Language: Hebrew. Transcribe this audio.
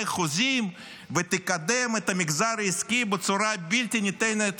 חוזים ותקדם את המגזר העסקי בצורה בלתי ניתנת